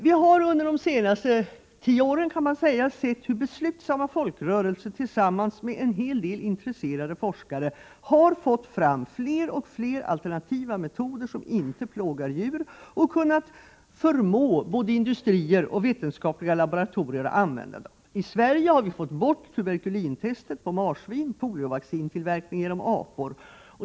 Vi har under de senaste tio åren sett hur beslutsamma folkrörelser tillsammans med en hel del intresserade forskare har fått fram fler och fler alternativa metoder som inte plågar djur och kunnat förmå både industrier och vetenskapliga laboratorier att använda dem. I Sverige har vi fått bort tuberkulintest på marsvin och poliovaccin genom apor.